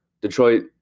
Detroit